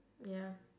ya